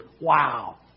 Wow